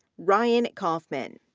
ryan coffman,